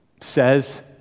says